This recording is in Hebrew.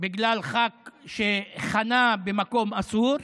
בגלל חבר כנסת שחנה במקום אסור.